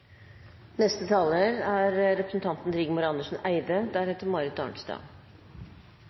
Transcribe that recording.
Neste taler er representanten